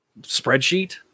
spreadsheet